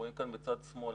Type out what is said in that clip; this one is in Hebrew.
רואים כאן מצד שמאל,